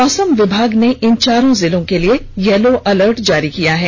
मौसम विभाग ने इन चारों जिलों के लिए यलो अलर्ट जारी किया है